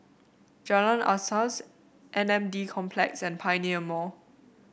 Jalan Asas M N D Complex and Pioneer Mall